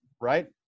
Right